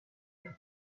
faim